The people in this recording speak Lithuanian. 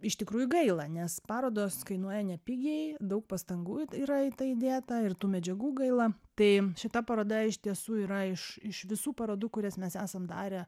iš tikrųjų gaila nes parodos kainuoja nepigiai daug pastangų yra į tai įdėta ir tų medžiagų gaila tai šita paroda iš tiesų yra iš iš visų parodų kurias mes esam darę